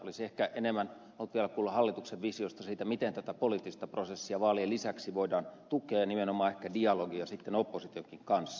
olisin ehkä enemmän halunnut vielä kuulla hallituksen visiosta siitä miten tätä poliittista prosessia vaalien lisäksi voidaan tukea ja nimenomaan ehkä dialogia sitten oppositionkin kanssa